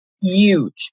huge